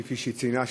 כפי שהיא ציינה,